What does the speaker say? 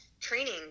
training